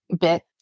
bit